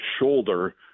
shoulder